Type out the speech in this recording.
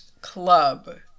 Club